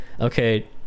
okay